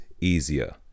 easier